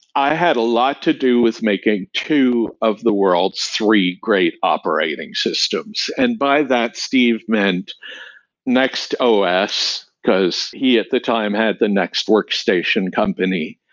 i had a lot to do with making two of the world's three great operating systems. and by that, steve meant next os, because he at the time had the next workstation company,